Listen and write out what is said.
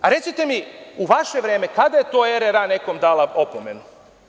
Recite mi, u vaše vreme, kada je to RRA nekom dala opomenu?